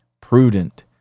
prudent